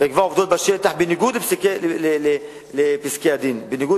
ואקבע עובדות בשטח בניגוד לפסקי-הדין ובניגוד